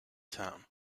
town